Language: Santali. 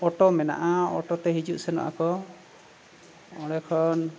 ᱚᱴᱳ ᱢᱮᱱᱟᱜᱼᱟ ᱚᱴᱳᱛᱮ ᱦᱤᱡᱩᱜ ᱥᱮᱱᱚᱜ ᱟᱠᱚ ᱚᱸᱰᱮᱠᱷᱚᱱ